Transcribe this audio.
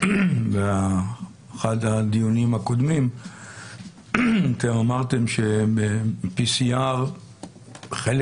באחד הדיונים הקודמים אמרתם שגם בבדיקת PCR בחלק